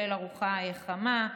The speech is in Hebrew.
כולל ארוחה חמה,